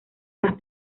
más